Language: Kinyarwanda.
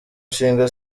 nshinga